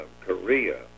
Korea